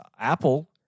Apple